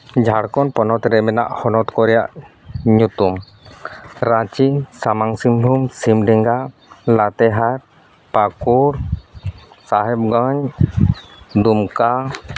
ᱡᱷᱟᱲᱠᱷᱚᱸᱱ ᱯᱚᱱᱚᱛᱨᱮ ᱢᱮᱱᱟᱜ ᱦᱚᱱᱚᱛ ᱠᱚ ᱨᱮᱭᱟᱜ ᱧᱩᱛᱩᱢ ᱨᱟᱸᱪᱤ ᱥᱟᱢᱟᱝ ᱥᱤᱝᱵᱷᱩᱢ ᱥᱤᱢᱰᱮᱜᱟ ᱞᱟᱛᱮᱦᱟᱨ ᱯᱟᱠᱩᱲ ᱥᱟᱦᱮᱵᱽᱜᱚᱧᱡᱽ ᱫᱩᱢᱠᱟ